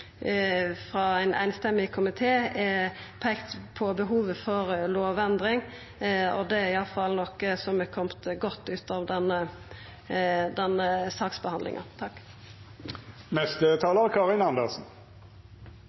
frå ein samrøystes komité – er peikt på behovet for lovendring, og det er iallfall noko som har kome godt ut av denne saksbehandlinga.